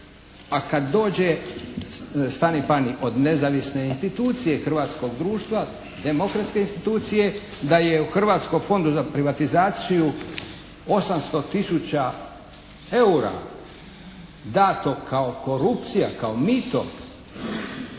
a kad dođe stani pani od nezavisne institucije hrvatskog društva, demokratske institucije da je u Hrvatskom fondu za privatizaciju 800 tisuća EUR-a dato kao korupcija kao mito.